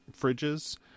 fridges